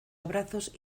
abrazos